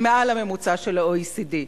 ומעל הממוצע של ה-OECD?